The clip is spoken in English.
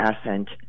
ascent